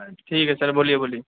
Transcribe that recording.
ٹھیک ہے سر بولیے بولیے